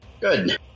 Good